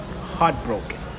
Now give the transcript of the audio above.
heartbroken